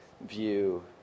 view